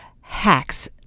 hacks